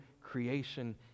creation